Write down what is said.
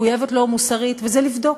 מחויבת לו מוסרית, וזה לבדוק,